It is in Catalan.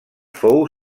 fou